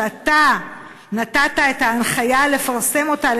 שאתה נתת את ההנחיה לפרסם אותה,